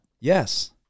Yes